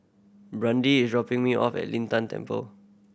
Brandee is dropping me off at Lin Tan Temple